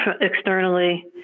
externally